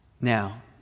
Now